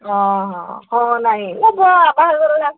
ଅ ହଁ ହଁ ନାଇଁ ନବ ଆଉ ବାହାଘର ନା